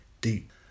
deep